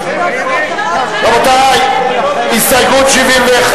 רבותי, הסתייגות 71,